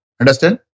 Understand